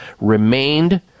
remained